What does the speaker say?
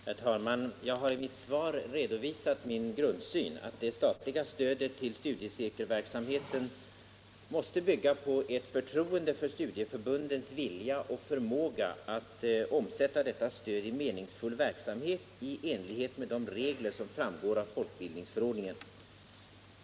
Herr talman! Jag har i mitt svar redovisat min grundsyn: att det statliga stödet till studiecirkelverksamheten måste bygga på ett förtroende för studieförbundens vilja och förmåga att omsätta detta stöd i meningsfull verksamhet i enlighet med de regler som framgår av folkbildningsförordningen.